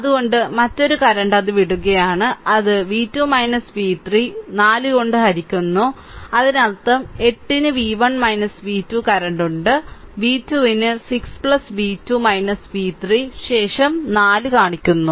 അതിനാൽ മറ്റൊരു കറന്റ് അത് വിടുകയാണ് അത് v2 v3 4 കൊണ്ട് ഹരിക്കുന്നു അതിനർത്ഥം 8 ന് v1 v2 കറന്റ് ഉണ്ട് v2 ന് 6 v2 v3 ന് ശേഷം 4 കാണിക്കുന്നു